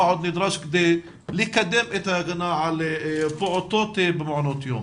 עוד נדרש לעשות כדי לקדם את ההגנה על פעוטות במעונות היום.